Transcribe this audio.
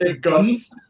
guns